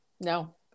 No